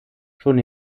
schon